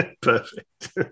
Perfect